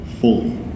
fully